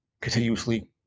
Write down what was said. continuously